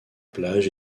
plage